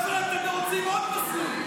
אבל אתם רוצים עוד מסלול.